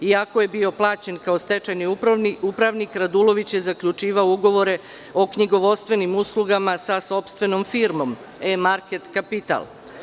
Iako je bio plaćen kao stečajni upravnik, Radulović je zaključivao ugovore o knjigovodstvenim uslugama sa sopstvenom firmom „E market kapital“